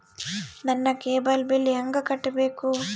ನನ್ನ cable bill ಹೆಂಗ ಕಟ್ಟಬೇಕು?